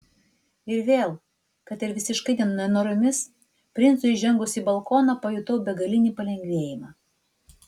ir vėl kad ir visiškai nenoromis princui įžengus į balkoną pajutau begalinį palengvėjimą